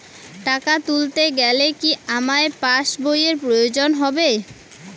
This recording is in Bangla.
টাকা তুলতে গেলে কি আমার পাশ বইয়ের প্রয়োজন হবে?